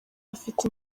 afite